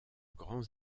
grands